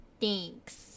thanks